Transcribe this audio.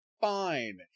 fine